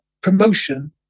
promotion